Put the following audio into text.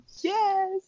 Yes